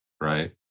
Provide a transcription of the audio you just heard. right